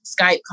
Skype